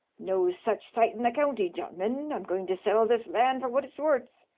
no such site in the county, gen'lemen. i'm going to sell this land for what it's worth.